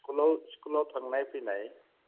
स्खुलाव स्खुलाव थांनाय फैनाय